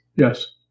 Yes